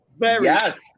Yes